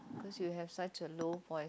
cause you have such a low voice